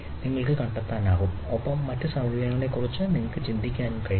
നിങ്ങൾക്ക് കണ്ടെത്താനാകും ഒപ്പം മറ്റ് സമീപനങ്ങളെക്കുറിച്ച് നിങ്ങൾക്ക് ചിന്തിക്കാനും കഴിയും